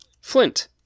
Flint